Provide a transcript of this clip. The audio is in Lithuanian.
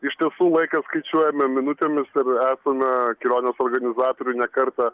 iš tiesų laiką skaičiuojame minutėmis ir esame kelionės organizatorių ne kartą